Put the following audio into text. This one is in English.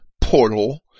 portal